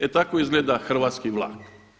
E tako izgleda hrvatski vlak.